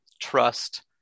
trust